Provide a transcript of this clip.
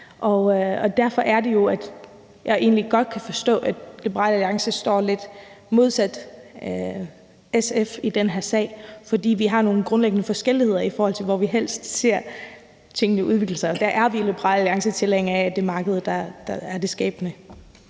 jeg egentlig godt kan forstå, at Liberal Alliance står lidt modsat SF i den her sag, altså fordi vi har nogle grundlæggende forskelligheder, i forhold til hvor vi helst ser tingene udvikle sig hen. Der er vi i Liberal Alliance tilhængere af, at det er markedet, der er det skabende.